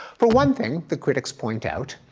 for one thing, the critics point out,